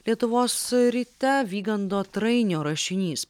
lietuvos ryte vygando trainio rašinys